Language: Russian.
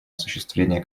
осуществление